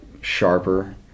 sharper